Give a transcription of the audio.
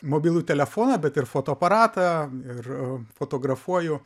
mobilų telefoną bet ir fotoaparatą ir fotografuoju